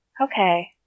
Okay